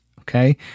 Okay